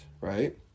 Right